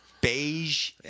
Beige